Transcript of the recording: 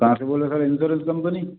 कहाँ से बोल रहे हो सर इंश्योरेंस कंपनी